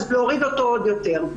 אז להוריד אותו עוד יותר.